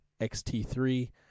XT3